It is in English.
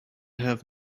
have